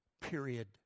Period